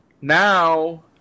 now